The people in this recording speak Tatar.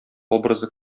образы